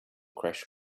crash